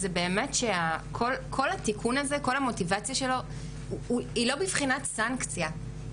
הוא שבאמת כל התיקון הזה וכל המוטיבציה שלו היא לא בבחינת סנקציה,